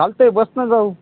चालतं आहे बसनं जाऊ